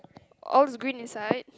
all is green inside